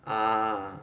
ah